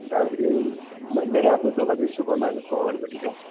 दार्जिलिङ मेरो आफ्नो दोकान चाहिँ सुपर मार्केटको अगाडिपट्टि छ